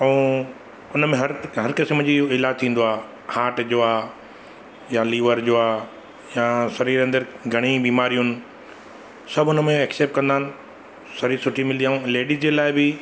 ऐं हुनमें हर हर क़िस्म जी इलाजु थींदो आहे हाट जो आहे या लीवर जो आहे या शरीरु जे अंदरु घणेई बीमारियूं आहिनि सभु हुनमें एक्सैप्ट कंदा आहिनि सर्विस सुठी मिलंदी ऐं लीडीज़ जे लाइ बि